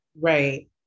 Right